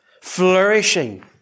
flourishing